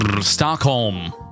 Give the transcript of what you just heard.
Stockholm